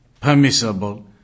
permissible